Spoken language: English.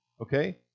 okay